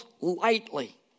lightly